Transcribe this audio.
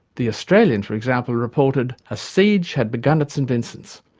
the australian, for example reported, a siege had begun at st vincent's.